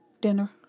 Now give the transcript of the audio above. Dinner